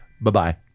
Bye-bye